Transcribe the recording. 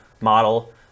model